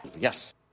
Yes